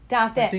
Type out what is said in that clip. then after that